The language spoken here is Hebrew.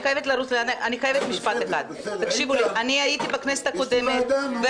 אני הייתי בכנסת הקודמת,